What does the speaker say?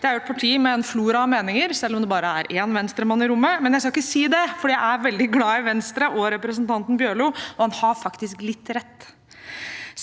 Det er jo et parti med en flora av meninger selv om det bare er én Venstre-mann i rommet. Men jeg skal ikke si det, fordi jeg er veldig glad i Venstre og representanten Bjørlo, og han har faktisk litt rett.